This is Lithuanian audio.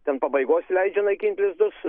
ten pabaigos leidžia naikint lizdus